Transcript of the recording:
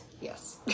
Yes